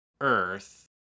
Earth